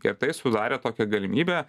ir tai sudarė tokią galimybę